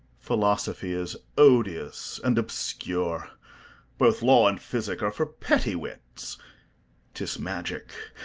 philosophy is odious and obscure both law and physic are for petty wits tis magic,